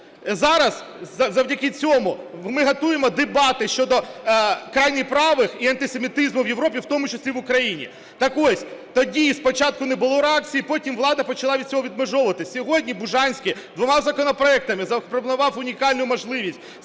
Зараз завдяки цьому ми готуємо дебати щодо крайніх правих і антисемітизму в Європі, в тому числі в Україні. Так ось, тоді спочатку не було реакції, потім влада почала від цього відмежовуватись. Сьогодні Бужанський двома законопроектами запропонував унікальну можливість